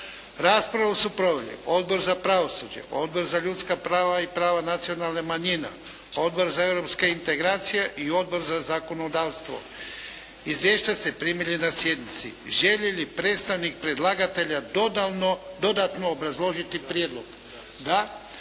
Raspravu su proveli Odbor za pravosuđe, Odbor za ljudska prava i prava nacionalnih manjina, Odbor za europske integracije i Odbor za zakonodavstvo. Izvješće ste primili na sjednici. Želi li predstavnik predlagatelja dodatno obrazložiti prijedlog? Da.